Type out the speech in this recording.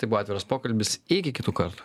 tai buvo atviras pokalbis iki kitų kartų